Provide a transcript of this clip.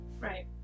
Right